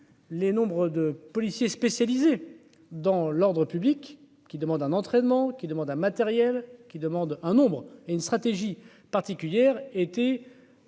les nombres de policiers spécialisés. Dans l'ordre public qui demande un entraînement qui demande un matériel qui demande un nombre et une stratégie particulière été.